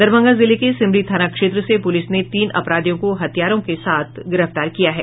दरभंगा जिले के सिमरी थाना क्षेत्र से पुलिस ने तीन अपराधियों को हथियारों के साथ गिरफ्तार किया है